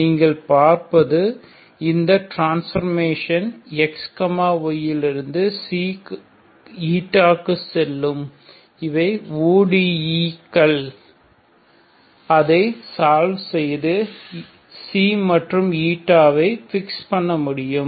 நீங்கள் பார்ப்பது இந்த ட்ரான்ஸ்போர்மேஷன் xy லிருந்து ξ η க்கு செல்லும் இவை ODE கள் அதை சால்வ் செய்து ξ மற்றும் η ஐ பிக்ஸ் பண்ண முடியும்